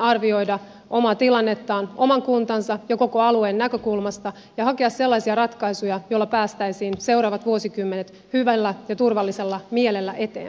arvioida omaa tilannettaan oman kuntansa ja koko alueen näkökulmasta ja hakea sellaisia ratkaisuja joilla päästäisiin seuraavat vuosikymmenet hyvällä ja turvallisella mielellä eteenpäin